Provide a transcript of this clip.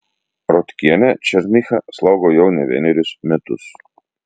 rotkienė černychą slaugo jau ne vienerius metus